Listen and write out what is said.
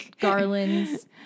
garlands